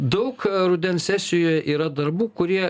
daug rudens sesijoje yra darbų kurie